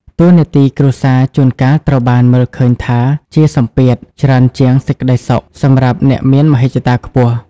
តួនាទីគ្រួសារជួនកាលត្រូវបានមើលឃើញថាជា "សម្ពាធ" ច្រើនជាង "សេចក្តីសុខ" សម្រាប់អ្នកមានមហិច្ឆតាខ្ពស់។